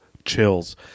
Chills